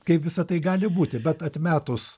kaip visa tai gali būti bet atmetus